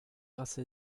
grâce